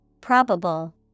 Probable